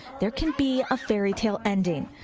there can be a fairy-tale ending.